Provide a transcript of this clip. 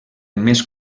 més